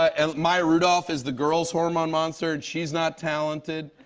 and maya rudolph is the girls' hormone monster, and she's not talented.